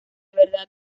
verdad